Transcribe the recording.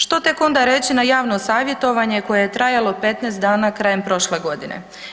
Što tek onda reći na javno savjetovanje koje je trajalo 15 dana krajem prošle godine?